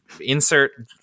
insert